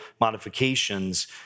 modifications